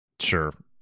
Sure